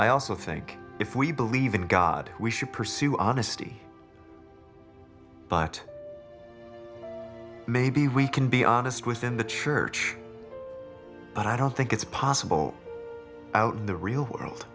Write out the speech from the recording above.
i also think if we believe in god we should pursue honesty but maybe we can be honest within the church but i don't think it's possible out in the real world